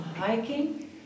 hiking